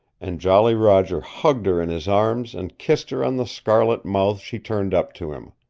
and jolly roger hugged her in his arms and kissed her on the scarlet mouth she turned up to him.